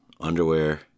underwear